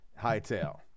Hightail